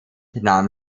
nahm